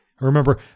Remember